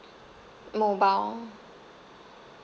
monile